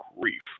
grief